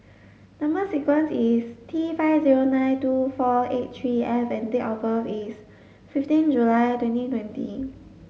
number sequence is T five zero nine two four eight three F and date of birth is fifteen July twenty twenty